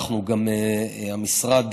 המשרד